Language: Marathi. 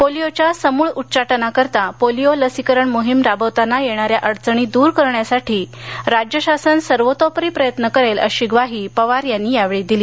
पोलिओच्या समूळ उच्चाटनाकरता पोलिओ लसीकरण मोहीम राबवताना येणाऱ्या अडचणी दूर करण्यासाठी राज्य शासन सर्वतोपरी प्रयत्न करेल अशी ग्वाही पवार यांनी यावेळी दिली